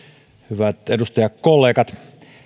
hyvät edustajakollegat